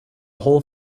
whole